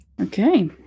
okay